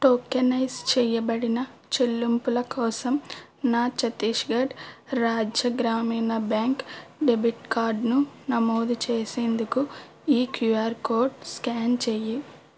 tokenise చేయబడిన చెల్లింపుల కోసం నా ఛత్తీస్ ఘడ్ రాజ్య గ్రామీణ బ్యాంక్ డెబిట్ కార్డును నమోదు చేసేందుకు ఈ క్యూఆర్ కోడ్ స్కాన్ చేయి